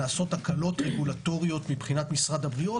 לעשות הקלות רגולטוריות מבחינת משרד הבריאות,